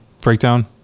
breakdown